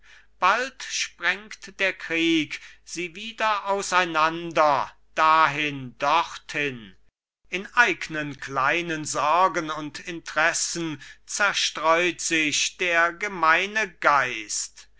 bald sprengt der krieg sie wieder auseinander dahin dorthin in eignen kleinen sorgen und intressen zerstreut sich der gemeine geist